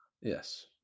Yes